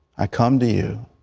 i come to you